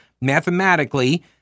mathematically